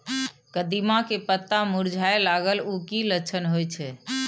कदिम्मा के पत्ता मुरझाय लागल उ कि लक्षण होय छै?